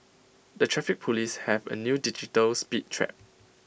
the traffic Police have A new digital speed trap